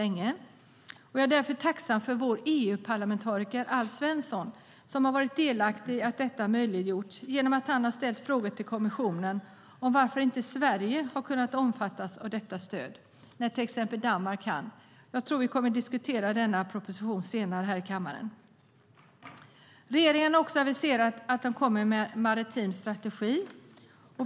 Jag är tacksam för att bland andra vår EU-parlamentariker Alf Svensson möjliggjort detta genom att han ställt frågor till kommissionen om varför inte Sverige har kunnat omfattas av detta stöd när till exempel Danmark kan det. Jag tror att vi kommer att debattera denna proposition i kammaren senare. Regeringen har aviserat att de kommer med en maritim strategi.